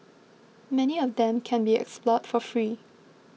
many of them can be explored for free